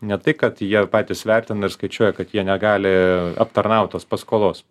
ne tai kad jie patys vertina ir skaičiuoja kad jie negali aptarnaut tos paskolos